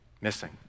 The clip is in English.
missing